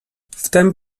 wtem